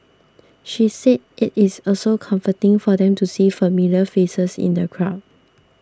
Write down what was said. she said it is also comforting for them to see familiar faces in the crowd